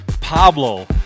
Pablo